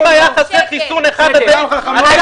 אם היה חסר חיסון אחד מה היית